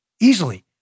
easily